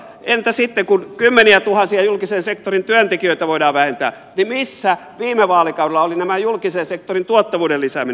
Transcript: entä sitten kun kymmeniätuhansia julkisen sektorin työntekijöitä voidaan vähentää missä viime vaalikaudella oli tämä julkisen sektorin tuottavuuden lisääminen